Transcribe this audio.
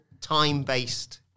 time-based